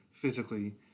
physically